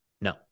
No